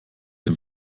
dem